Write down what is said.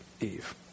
Eve